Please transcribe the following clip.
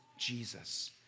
Jesus